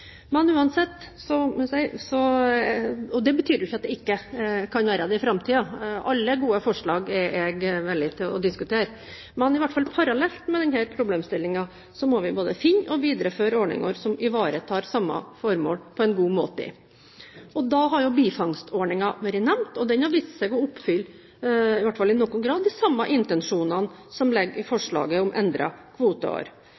Men det betyr ikke at det ikke kan bli det i framtiden. Alle gode forslag er jeg villig til å diskutere. Men i hvert fall parallelt med denne problemstillingen må vi både finne og videreføre ordninger som ivaretar samme formål på en god måte. Bifangstordningen har vært nevnt, og den har vist seg å oppfylle – i hvert fall i noen grad – de samme intensjonene som ligger i